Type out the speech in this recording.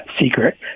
secret